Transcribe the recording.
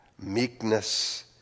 meekness